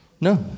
No